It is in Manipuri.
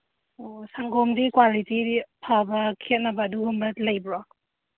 ꯑꯣ ꯁꯪꯒꯣꯝꯗꯤ ꯀ꯭ꯋꯥꯂꯤꯇꯤꯗꯤ ꯐꯕ ꯈꯦꯠꯅꯕ ꯑꯗꯨꯒꯨꯝꯕ ꯂꯩꯕ꯭ꯔꯣ